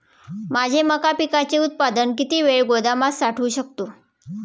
माझे मका पिकाचे उत्पादन किती वेळ गोदामात साठवू शकतो?